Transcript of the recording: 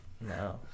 No